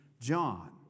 John